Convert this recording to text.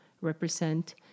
represent